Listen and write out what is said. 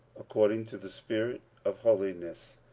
according to the spirit of holiness,